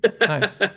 Nice